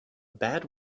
bad